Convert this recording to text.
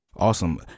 Awesome